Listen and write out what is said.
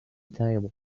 table